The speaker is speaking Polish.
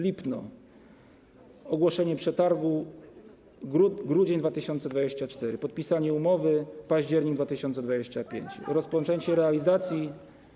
Lipno - ogłoszenie przetargu: grudzień 2024, podpisanie umowy: październik 2025, rozpoczęcie realizacji.